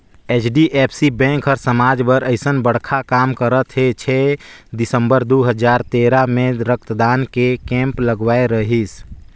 HDFC bank हर समाज बर अइसन बड़खा काम करत हे छै दिसंबर दू हजार तेरा मे रक्तदान के केम्प लगवाए रहीस